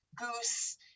goose